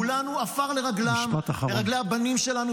-- כולנו עפר לרגליהם ולרגלי הבנים שלנו